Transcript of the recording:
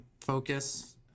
focus